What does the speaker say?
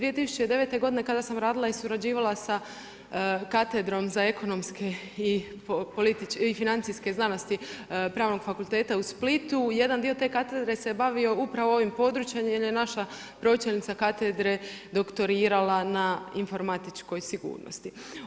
2009. godine kada sam radila i surađivala sa katedrom za ekonomske i financijske znanosti Pravnog fakulteta u Splitu, jedan dio te katedre se bavio upravo ovim područjem jer je naša pročelnica katedre doktorirali na informatičkoj sigurnosti.